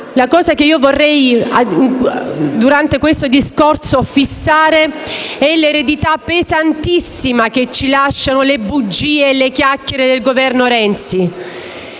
ma ciò che vorrei fissare durante questo discorso è l'eredità pesantissima che ci lasciano le bugie e le chiacchiere del Governo Renzi.